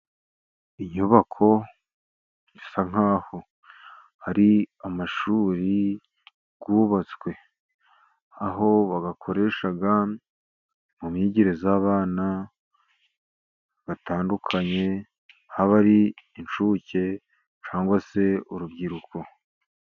Inyubako isa nk'aho ari amashuri yubatswe, aho bayakoresha mu myigire y'abana batandukanye, haba ari incuke cyangwa se urubyiruko.